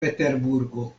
peterburgo